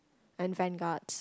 and vanguard